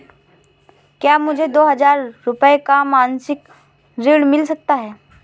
क्या मुझे दो हजार रूपए का मासिक ऋण मिल सकता है?